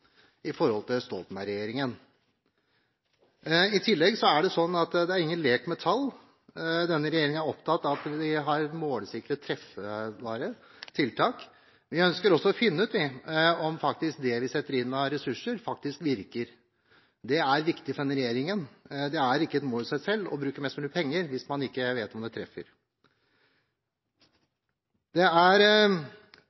i forhold til Stoltenberg-regjeringen. I tillegg er det sånn at det er ingen lek med tall. Denne regjeringen er opptatt av at man har målsikre, treffbare tiltak. Vi ønsker også å finne ut om det vi setter inn av ressurser, faktisk virker. Det er viktig for denne regjeringen. Det er ikke et mål i seg selv å bruke mest mulig penger hvis man ikke vet om det treffer.